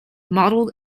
mottled